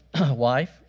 wife